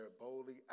boldly